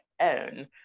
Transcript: own